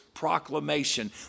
proclamation